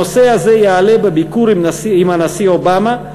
הנושא הזה יעלה בביקור של הנשיא אובמה.